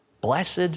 Blessed